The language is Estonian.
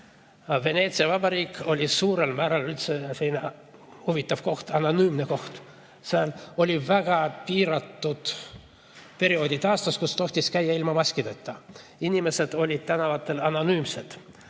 Veneetsia vabariik oli suurel määral üldse huvitav koht, anonüümne koht. Seal olid väga piiratud perioodid aastas, kui tohtis käia ilma maskita. Inimesed olid tänavatel anonüümsed.